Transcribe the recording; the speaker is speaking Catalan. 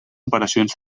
operacions